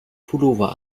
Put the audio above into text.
pullover